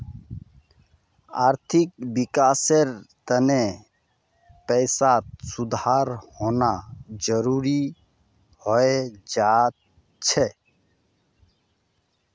आर्थिक विकासेर तने पैसात सुधार होना जरुरी हय जा छे